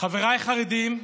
חבריי חרדים,